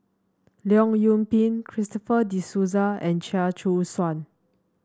Leong Yoon Pin Christopher De Souza and Chia Choo Suan